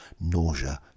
Nausea